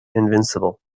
invincible